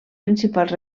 principals